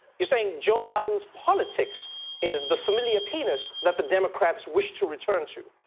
you're saying joe biden's politics is the familiar penis that the democrats wish to return to.